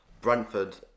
Brentford